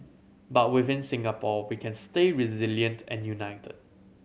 but within Singapore we can stay resilient and united